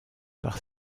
par